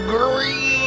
Green